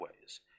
ways